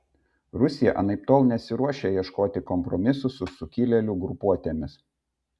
rusija anaiptol nesiruošia ieškoti kompromisų su sukilėlių grupuotėmis